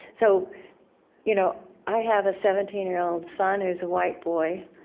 so you know i have a seventeen year old son who's a white boy,